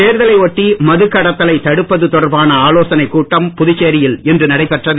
தேர்தலை ஒட்டி மதுக்கடத்தலை தடுப்பது தொடர்பான ஆலோசனை கூட்டம் புதுச்சேரியில் இன்று நடைபெற்றது